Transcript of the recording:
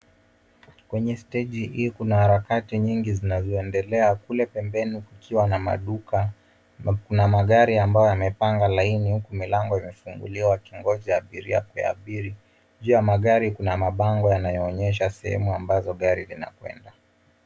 Kwenye steji hii kuna harakati nyingi zinazoendelea. Kule pembeni kukiwa na maduka na magari ambayo yamepanga laini huku milango imefunguliwa ikingoja abiria waabiri. Juu ya magari kuna mabango yanayoonyesha sehemu ambazo gari zinakwenda.